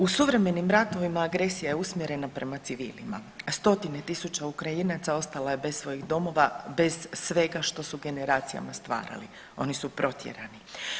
U suvremenim ratovima agresija je usmjerena prema civilima, stotine tisuća Ukrajinaca ostalo je bez svojih domova, bez svega što su generacijama stvarali, oni su protjerani.